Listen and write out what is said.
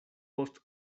post